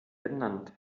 benannt